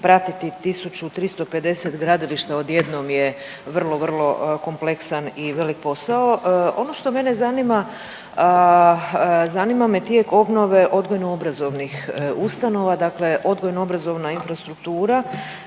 pratiti 1.350 gradilišta odjednom je vrlo, vrlo kompleksan i velik posao. Ono što mene zanima, zanima me tijek obnove odgojno obrazovnih ustanova dakle, odgojno obrazovna infrastruktura.